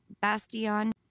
Bastion